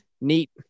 neat